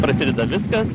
prasideda viskas